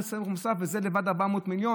עוד מס ערך מוסף, וזה לבד 400 מיליון.